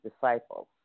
disciples